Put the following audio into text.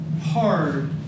hard